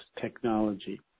technology